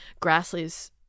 Grassley's